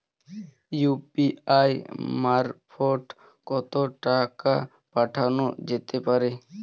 UPI মারফত কত টাকা পাঠানো যেতে পারে?